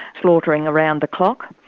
slaughtering around the clock.